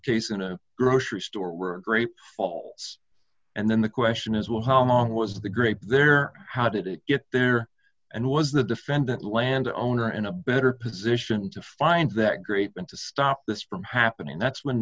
case in a grocery store or a grape falls and then the question is well how long was the grape there how did it get there and was the defendant land owner in a better position to find that great and to stop this from happening that's when